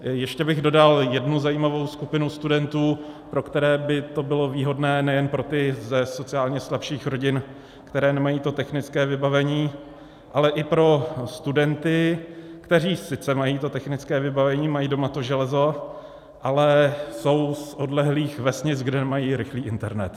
Ještě bych dodal jednu zajímavou skupinu studentů, pro které by to bylo výhodné, nejen pro ty ze sociálně slabších rodin, které nemají to technické vybavení, ale i pro studenty, kteří sice mají technické vybavení, mají doma to železo, ale jsou z odlehlých vesnic, kde nemají rychlý internet.